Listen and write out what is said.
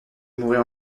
mourrai